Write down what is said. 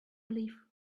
live